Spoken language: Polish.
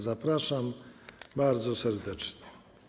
Zapraszam bardzo serdecznie.